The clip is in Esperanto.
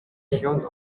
kion